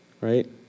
Right